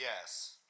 yes